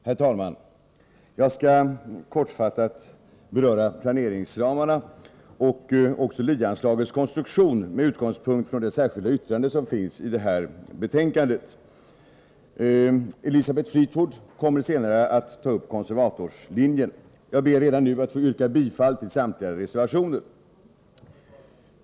Herr talman! Jag skall kortfattat beröra planeringsramarna och LIE anslagets konstruktion med utgångspunkt i det särskilda yttrande som är fogat till betänkandet. Elisabeth Fleetwood kommer senare att ta upp konservatorslinjen. Jag ber redan nu att få yrka bifall till samtliga reservationer.